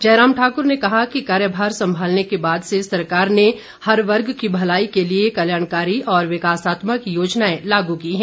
जयराम ठाकुर ने कहा कि कार्यभार सम्भालने के बाद से सरकार ने हर वर्ग की भलाई के लिए कल्याणकारी और विकासात्मक योजनाएं लागू की हैं